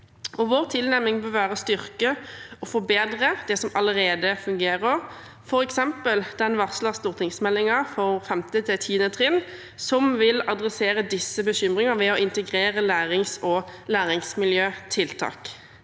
Vår tilnærming bør være å styrke og forbedre det som allerede fungerer, f.eks. den varslede stortingsmeldingen om 5.–10. trinn som vil ta opp disse bekymringene ved å integrere lærings- og læringsmiljøtiltak.